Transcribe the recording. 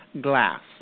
Glass